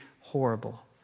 horrible